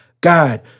God